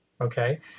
okay